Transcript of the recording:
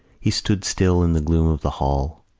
he stood still in the gloom of the hall,